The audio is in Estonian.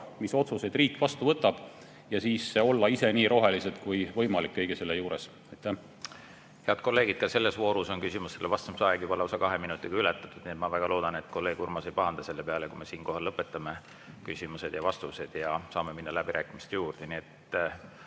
mis otsuseid riik vastu võtab, ja siis olla ise nii rohelised kui võimalik kõige selle juures. Head kolleegid! Ka selles voorus on küsimusele vastamise aeg juba lausa kahe minutiga ületatud. Nii et ma väga loodan, et kolleeg Urmas ei pahanda selle peale, kui me siinkohal lõpetame küsimused ja vastused ning saame minna läbirääkimiste juurde.